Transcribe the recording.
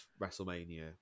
WrestleMania